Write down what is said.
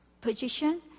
position